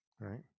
right